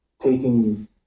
taking